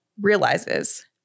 realizes